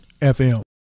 FM